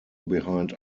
behind